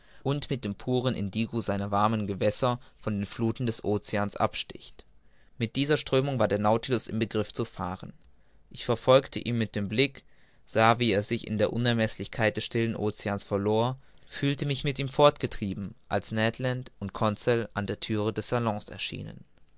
und mit dem puren indigo seiner warmen gewässer von den fluthen des oceans absticht mit dieser strömung war der nautilus im begriff zu fahren ich verfolgte ihn mit dem blick sah wie er sich in der unermeßlichkeit des stillen oceans verlor fühlte mich mit ihm fortgetrieben als ned land und conseil an der thüre des salons erschienen